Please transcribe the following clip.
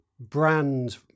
brand